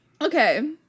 Okay